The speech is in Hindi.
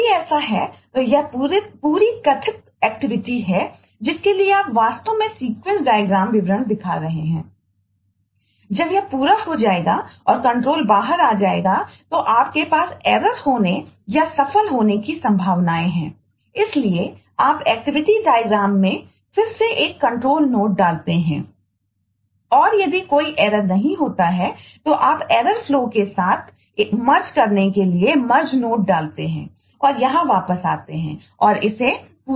यदि ऐसा है तो यह पूरी कथित एक्टिविटीडालते हैं और यहां वापस आते हैं और इसे पूरा करते हैं